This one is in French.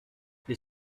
les